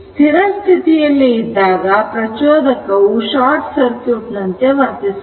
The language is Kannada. ಸ್ಥಿರ ಸ್ಥಿತಿಯಲ್ಲಿ ಇದ್ದಾಗ ಪ್ರಚೋದಕವು ಶಾರ್ಟ್ ಸರ್ಕ್ಯೂಟ್ ನಂತೆ ವರ್ತಿಸುತ್ತದೆ